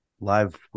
live